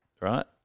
Right